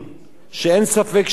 ואין ספק שהיהודים